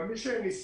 אבל מי שניסח